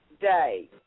day